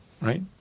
right